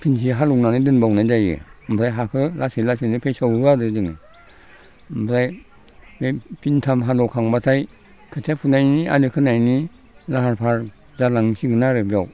खनसे हालएवनानै दोनबावनाय जायो ओमफ्राय हाखो लासै लासैनो फेसेवो आरो जोङो ओमफ्राय बे फिनथाम हालएवखांब्लाथाय खोथिया फोनायनि आलि खोनायनि लाहार फाहार जालांसिगोन आरो बेव